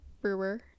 Brewer